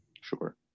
sure